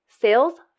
sales